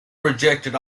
rejected